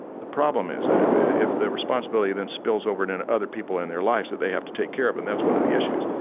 the problem is that if if the responsibility then spills over to and other people in their lives that they have to take care of them, and that's one of the issues.